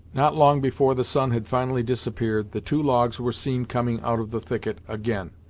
not long before the sun had finally disappeared, the two logs were seen coming out of the thicket, again,